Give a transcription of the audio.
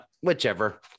whichever